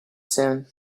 soon